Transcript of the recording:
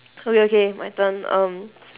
okay okay my turn um